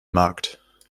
markt